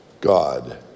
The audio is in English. God